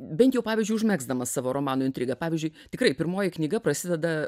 bent jau pavyzdžiui užmegzdamas savo romanų intrigą pavyzdžiui tikrai pirmoji knyga prasideda